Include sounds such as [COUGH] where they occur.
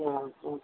[UNINTELLIGIBLE]